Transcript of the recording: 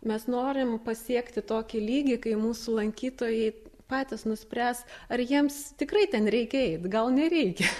mes norim pasiekti tokį lygį kai mūsų lankytojai patys nuspręs ar jiems tikrai ten reikia eit gal nereikia